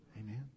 Amen